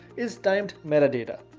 is timed metadata.